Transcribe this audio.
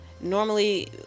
normally